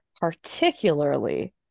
Particularly